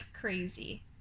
crazy